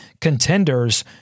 contenders